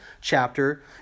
chapter